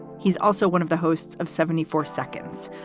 he's also one of the hosts of seventy four seconds,